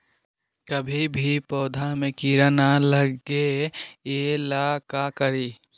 कभी भी पौधा में कीरा न लगे ये ला का करी?